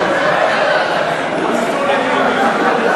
המסוכנים (הוספת חומר קנבוס כחומר בעל תועלת רפואית),